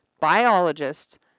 biologists